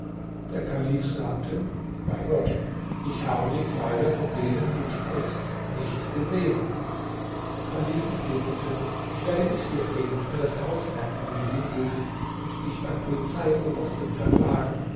der kalif sagte bei gott ich habe die kleider von denen du sprichst nicht gesehen chalif entgegnete ich werde mit dir gehen und mir das haus merken wo du hingehst und dich beim polizeiobersten verklagen